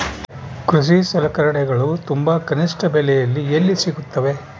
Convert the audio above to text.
ಕೃಷಿ ಸಲಕರಣಿಗಳು ತುಂಬಾ ಕನಿಷ್ಠ ಬೆಲೆಯಲ್ಲಿ ಎಲ್ಲಿ ಸಿಗುತ್ತವೆ?